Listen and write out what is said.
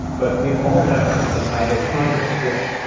but we've all known it's a mitochondrial effect.